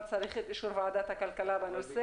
צריך את אישור ועדת הכלכלה בנושא.